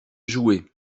jouer